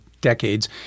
decades